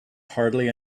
hardly